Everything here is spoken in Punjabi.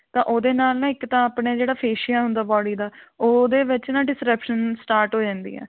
ਤਾਂ ਉਹਦੇ ਨਾਲ ਨਾ ਇੱਕ ਤਾਂ ਆਪਣੇ ਜਿਹੜਾ ਫੇਸੀਆ ਹੁੰਦਾ ਬੋਡੀ ਦਾ ਉਹਦੇ ਵਿੱਚ ਨਾ ਡਿਫਰੈਪਸ਼ਨ ਸਟਾਰਟ ਹੋ ਜਾਂਦੀ ਹੈ